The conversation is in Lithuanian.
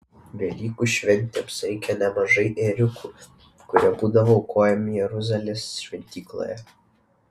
velykų šventėms reikia nemažai ėriukų kurie būdavo aukojami jeruzalės šventykloje